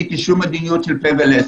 שיניתי מדיניות של פה ולסת.